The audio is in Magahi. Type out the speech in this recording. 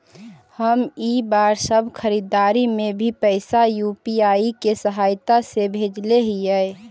हम इ बार सब खरीदारी में भी पैसा यू.पी.आई के सहायता से ही भेजले हिय